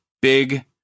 big